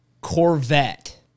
Corvette